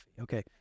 Okay